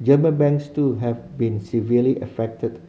German banks too have been severely affected